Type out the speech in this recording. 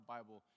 Bible